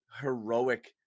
heroic